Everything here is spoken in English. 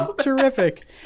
Terrific